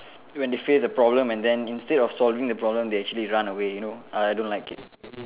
when they face the problem and then instead of solving the problem they actually run away you know I don't like it